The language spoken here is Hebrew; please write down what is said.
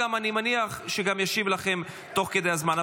אני מניח שגם ישיב לכם תוך כדי הזמן.